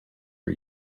for